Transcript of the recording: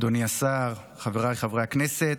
אדוני השר, חבריי חברי הכנסת,